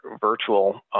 virtual